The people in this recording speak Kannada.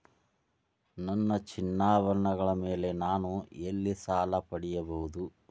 ನನ್ನ ಚಿನ್ನಾಭರಣಗಳ ಮೇಲೆ ನಾನು ಎಲ್ಲಿ ಸಾಲ ಪಡೆಯಬಹುದು?